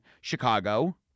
Chicago